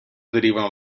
derivano